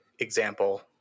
Example